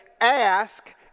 Ask